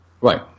right